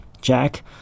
Jack